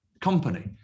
company